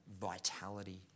vitality